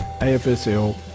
AFSL